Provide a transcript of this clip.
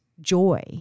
joy